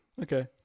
okay